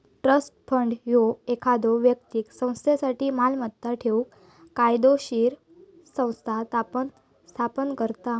trust fund ह्यो एखाद्यो व्यक्तीक संस्थेसाठी मालमत्ता ठेवूक कायदोशीर संस्था स्थापन करता